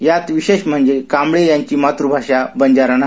यात विशेष म्हणजे कांबळे यांची मातृभाषा बजारा नाही